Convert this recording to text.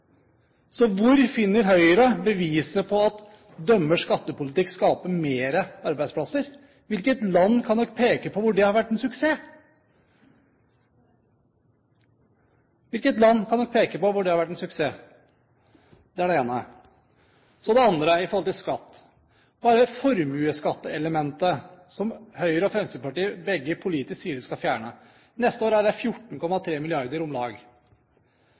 Så hvor finner Høyre bevis på at deres skattepolitikk skaper flere arbeidsplasser? Kan de peke på i hvilket land det har vært en suksess? – Det er det ene. Så til det andre som gjelder skatt. Bare formuesskattelementet, som både Høyre og Fremskrittspartiet sier at de skal fjerne, vil neste år utgjøre om lag 14,3 mrd. kr. Hvem er det